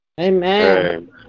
Amen